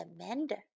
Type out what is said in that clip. Amanda